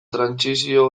trantsizio